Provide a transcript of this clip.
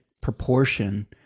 proportion